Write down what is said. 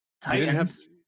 titans